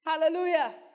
Hallelujah